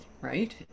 right